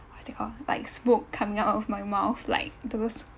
what is it called like smoke coming out of my mouth like those